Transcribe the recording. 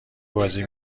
بازی